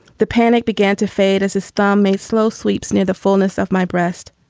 the panic began to fade as a storm made slow sweeps near the fullness of my breast.